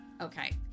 Okay